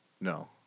no